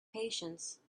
patience